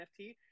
NFT